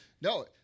No